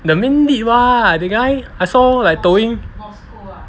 the main lead [what] the guy I saw like 抖音